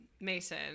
Mason